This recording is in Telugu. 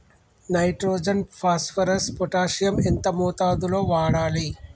నైట్రోజన్ ఫాస్ఫరస్ పొటాషియం ఎంత మోతాదు లో వాడాలి?